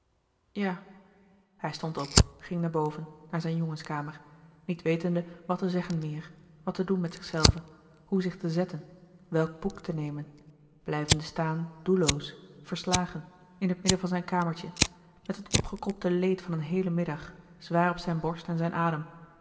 ja hij stond op ging naar boven naar zijn jongenskamer niet wetende wat te zeggen meer wat te doen met zichzelven hoe zich te zetten welk boek te nemen blijvende staan doelloos verslagen in het midden van zijn louis couperus de boeken der kleine zielen kamertje met dat opgekropte leed van een heelen middag zwaar op zijn borst en zijn adem